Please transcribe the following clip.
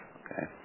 okay